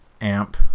amp